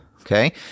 okay